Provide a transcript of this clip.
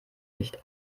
nicht